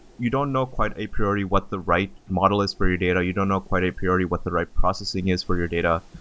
you don't know quite a priority what the right model is for your data. you don't know quite a priority what the right processing is for your data.